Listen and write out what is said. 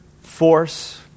force